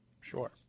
Sure